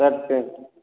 shirt pant